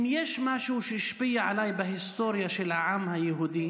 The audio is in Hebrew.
אם יש משהו שהשפיע עליי בהיסטוריה של העם היהודי